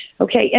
okay